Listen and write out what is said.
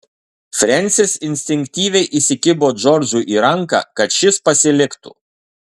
frensis instinktyviai įsikibo džordžui į ranką kad šis pasiliktų